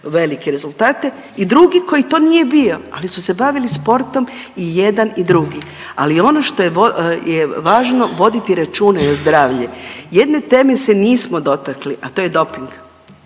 velike rezultate i drugi koji to nije bio, ali su se bavili sportom i jedan i drugi. Ali ono što je važno voditi računa i o zdravlju. Jedne teme se nismo dotakli, a to je doping.